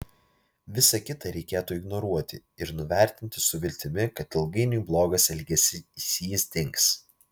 visa kita reikėtų ignoruoti ir nuvertinti su viltimi kad ilgainiui blogas elgesys dings